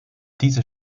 diese